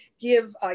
give